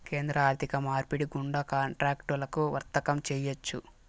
కేంద్ర ఆర్థిక మార్పిడి గుండా కాంట్రాక్టులను వర్తకం చేయొచ్చు